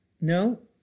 No